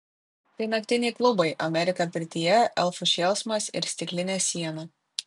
tai naktiniai klubai amerika pirtyje elfų šėlsmas ir stiklinė siena